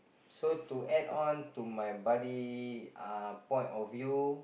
so to add on to my buddy uh point of view